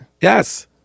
Yes